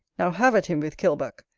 now have at him with kilbuck,